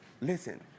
Listen